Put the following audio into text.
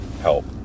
help